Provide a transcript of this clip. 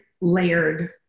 layered